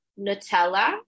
Nutella